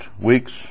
weeks